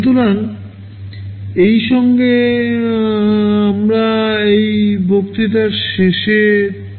সুতরাং এই সঙ্গে আমরা এই বক্তৃতা শেষে আসছি